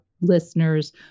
listeners